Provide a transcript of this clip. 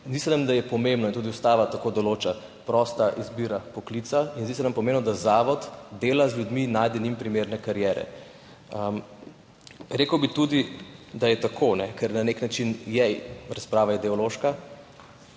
Zdi se nam, da je pomembna, in tudi ustava tako določa, prosta izbira poklica, in zdi se nam pomembno, da zavod dela z ljudmi, najde njim primerne kariere. Rekel bi tudi, da je tako, ker na nek način je razprava ideološka.